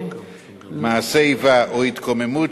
מעשי איבה או התקוממות,